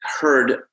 heard